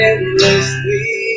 Endlessly